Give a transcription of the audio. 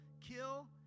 kill